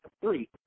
three